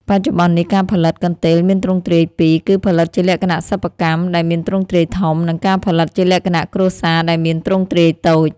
បច្ចុប្បន្ននេះ ការផលិតកន្ទេលមានទ្រង់ទ្រាយពីរ គឺផលិតជាលក្ខណៈសិប្បកម្ម ដែលមានទ្រង់ទ្រាយធំ និងការផលិតជាលក្ខណៈគ្រួសារដែលមានទ្រង់ទ្រាយតូច ។